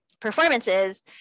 performances